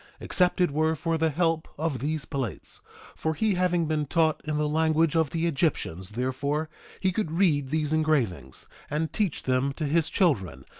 except it were for the help of these plates for he having been taught in the language of the egyptians therefore he could read these engravings, and teach them to his children,